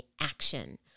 action